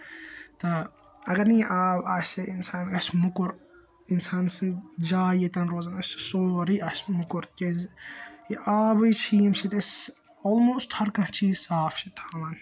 تہٕ اَگَر نہٕ یہٕ آب آسہِ اِنسان آسہِ مٔکُر اِنسان سنٛد جاے ییٚتٮ۪ن روزان آسہِ سُہ سورٕے آسہِ مٔکُر تِکیازِ یہِ آبٕے چھُ ییٚمہِ سۭتۍ أسۍ آلموسٹ ہَر کَانٛہہ چیز صاف چھ تھاوان